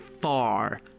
far